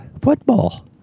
football